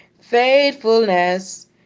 faithfulness